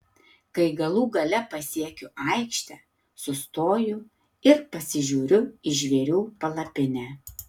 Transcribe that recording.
kai galų gale pasiekiu aikštę sustoju ir pasižiūriu į žvėrių palapinę